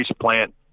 plant